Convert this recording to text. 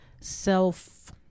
self